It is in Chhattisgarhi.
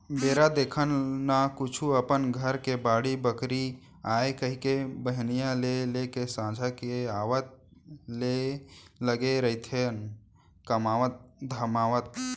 बेरा देखन न कुछु अपन घर के बाड़ी बखरी आय कहिके बिहनिया ले लेके संझा के आवत ले लगे रहिथन कमावत धमावत